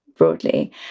broadly